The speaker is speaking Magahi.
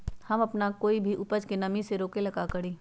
हम अपना कोई भी उपज के नमी से रोके के ले का करी?